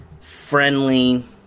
friendly